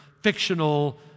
fictional